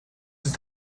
ist